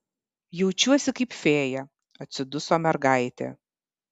jaučiuosi kaip fėja atsiduso mergaitė